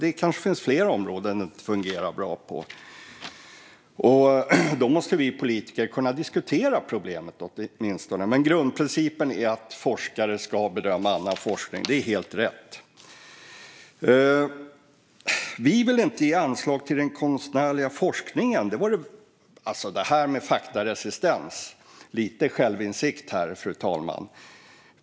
Det kanske finns flera områden det inte fungerar bra på. Då måste vi politiker åtminstone kunna diskutera problemet. Men grundprincipen är att forskare ska bedöma annan forskning; det är helt rätt. Sedan säger statsrådet att vi inte vill ge anslag till den konstnärliga forskningen. Alltså, det här med faktaresistens! Lite självinsikt här, fru talman!